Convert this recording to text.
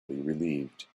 relieved